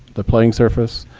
the playing surface,